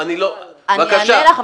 היא לא הראשונה, אז די, אל תפריעי.